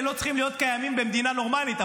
לא צריכים להיות קיימים במדינה נורמלית,